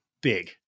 Big